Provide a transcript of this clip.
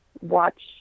watch